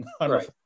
Right